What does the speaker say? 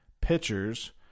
pitchers